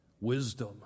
wisdom